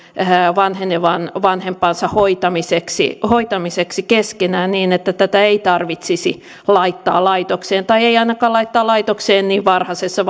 vanhenevan vanhempansa hoitamiseksi hoitamiseksi niin että häntä ei tarvitsisi laittaa laitokseen tai ei ainakaan niin varhaisessa